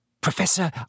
Professor